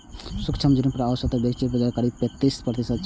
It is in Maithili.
सूक्ष्म ऋण पर औसतन वैश्विक ब्याज दर करीब पैंतीस प्रतिशत छै